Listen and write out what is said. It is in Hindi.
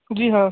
जी हाँ